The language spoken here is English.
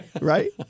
right